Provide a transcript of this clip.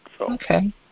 Okay